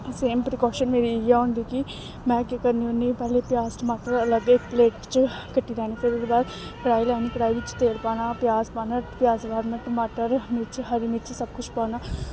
same precaution मेरे इ'यै होंदे कि में केह् करनी होन्ने पैह्लें प्याज़ टमाटर अलग इक प्लेट च कट्टी लैन्नी होन्नी फिर ओह्दे बाद कड़ाही लैनी कड़ाही बिच्च तेल पाना प्याज पाना प्याज बाद में टमाटर मिर्च हरी मिर्च सब कुछ पाना